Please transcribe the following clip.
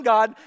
God